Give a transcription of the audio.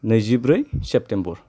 नैजिब्रै सेपतेम्ब'र